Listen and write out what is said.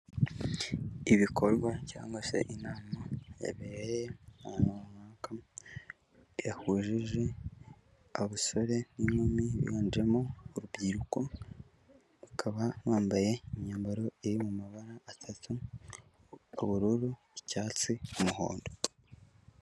Ibikorwa cyangwa se inama yabereye ahantu runaka, yahujije abasore n'inkumi biganjemo urubyiruko, ukaba bambaye imyambaro iri mu mabara atatu, ubururu icyatsi umuhondo.